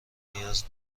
نیاز